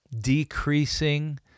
decreasing